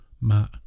Matt